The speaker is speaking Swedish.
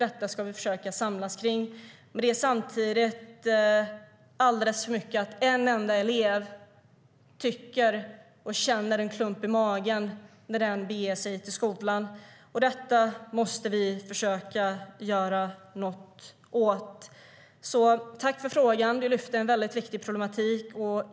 Det ska vi försöka samlas kring. STYLEREF Kantrubrik \* MERGEFORMAT Svar på interpellationerTack för frågan! Du lyfter upp en mycket viktig problematik.